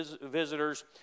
visitors